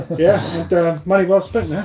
yeah and money well spent.